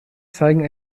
zeigen